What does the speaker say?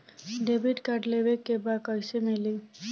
Debit card लेवे के बा कईसे मिली?